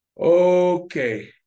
okay